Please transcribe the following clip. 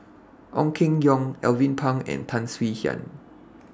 Ong Keng Yong Alvin Pang and Tan Swie Hian